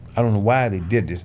i don't know why they did this.